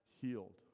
healed